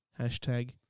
Hashtag